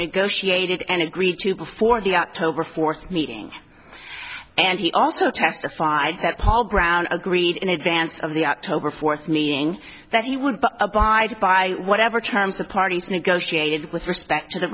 negotiated and agreed to before the at tobar fourth meeting and he also testified that paul browne agreed in advance of the october fourth meeting that he would abide by whatever terms the parties negotiated with respect t